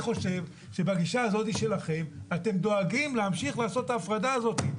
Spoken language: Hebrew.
אני חושב שבגישה הזאת שלכם אתם דואגים להמשיך לעשות את ההפרדה הזאת.